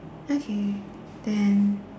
okay then